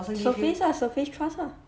surface ah surface trust ah